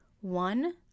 one